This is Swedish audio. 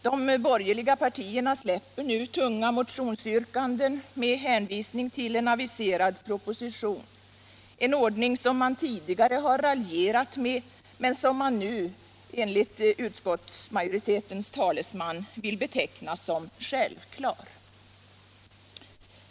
De borgerliga partierna släpper nu tunga motionsyrkanden med hänvisning till en aviserad proposition — en ordning som man tidigare har raljerat om men som man nu enligt utskottsmajoritetens talesman vill beteckna som självklar.